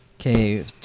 Okay